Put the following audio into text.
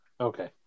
Okay